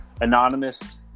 anonymous